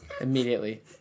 immediately